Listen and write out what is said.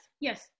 yes